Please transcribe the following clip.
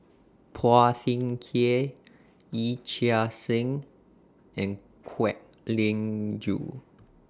Phua Thin Kiay Yee Chia Hsing and Kwek Leng Joo